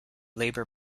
labor